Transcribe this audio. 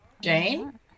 Jane